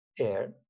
air